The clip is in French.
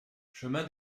chemin